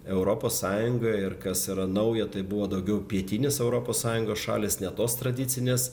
europos sąjungoje ir kas yra nauja tai buvo daugiau pietinės europos sąjungos šalys ne tos tradicinės